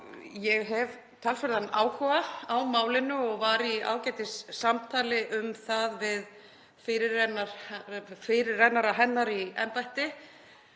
Ég hef talsverðan áhuga á málinu og var í ágætissamtali um það við fyrirrennara hennar í embætti.